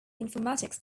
informatics